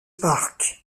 parc